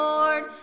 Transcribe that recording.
Lord